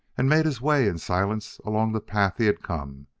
and made his way in silence along the path he had come.